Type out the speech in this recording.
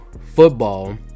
football